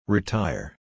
Retire